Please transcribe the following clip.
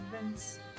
events